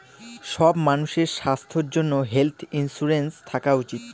সব মানুষের স্বাস্থ্যর জন্য হেলথ ইন্সুরেন্স থাকা উচিত